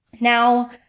Now